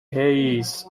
hayes